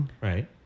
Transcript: Right